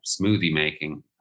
smoothie-making